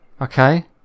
Okay